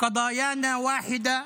תודה רבה.